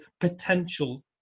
potential